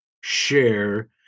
share